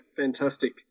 fantastic